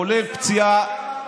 כולל פציעה,